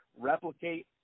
replicate